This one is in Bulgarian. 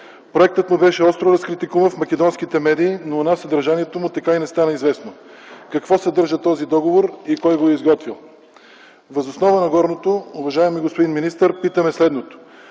Проектът му беше остро разкритикуван в македонските медии, но у нас съдържанието му така и не стана известно. Какво съдържа този договор и кой го е изготвил? Въз основа на горното, уважаеми господин министър, питаме следното: